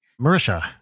Marisha